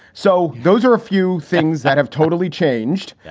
so those are a few things that have totally changed.